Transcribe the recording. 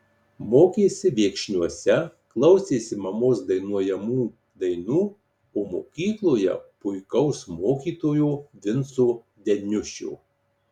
mokėsi viekšniuose klausėsi mamos dainuojamų dainų o mokykloje puikaus mokytojo vinco deniušio